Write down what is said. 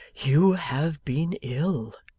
you have been ill